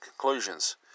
conclusions